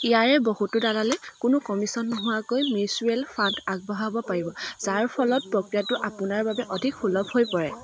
ইয়াৰে বহুতো দালালে কোনো কমিছন নোহোৱাকৈ মিউচুৱেল ফাণ্ড আগবঢ়াব পাৰিব যাৰ ফলত প্ৰক্ৰিয়াটো আপোনাৰ বাবে অধিক সুলভ হৈ পৰে